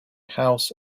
house